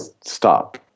stop